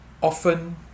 often